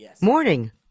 morning